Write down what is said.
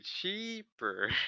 cheaper